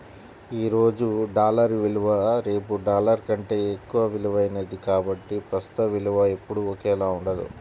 ఈ రోజు డాలర్ విలువ రేపు డాలర్ కంటే ఎక్కువ విలువైనది కాబట్టి ప్రస్తుత విలువ ఎప్పుడూ ఒకేలా ఉండదు